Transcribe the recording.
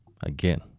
again